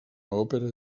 òpera